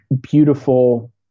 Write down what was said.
beautiful